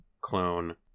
clone